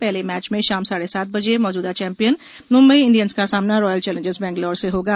पहले मैच में शाम साढे सात बजे मौजूदा चैंपियन मुम्बई इंडियन्स का सामना रॉयल चैलेंजर्स बेंगलौर से होगा